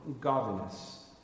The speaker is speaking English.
godliness